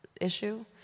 issue